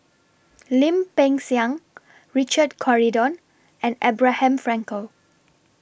Lim Peng Siang Richard Corridon and Abraham Frankel